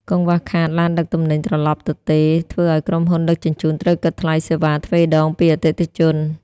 កង្វះខាត "ឡានដឹកទំនិញត្រឡប់ទទេ" ធ្វើឱ្យក្រុមហ៊ុនដឹកជញ្ជូនត្រូវគិតថ្លៃសេវាទ្វេដងពីអតិថិជន។